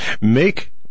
Make